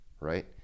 right